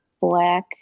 black